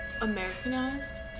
Americanized